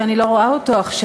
שאני לא רואה אותו עכשיו,